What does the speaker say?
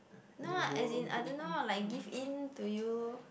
no ah as in I don't know ah like give in to you